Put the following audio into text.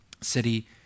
City